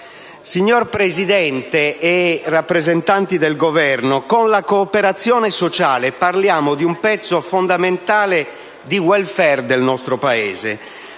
Signor Presidente, rappresentanti del Governo, con la cooperazione sociale parliamo di un pezzo fondamentale di *welfare* del nostro Paese.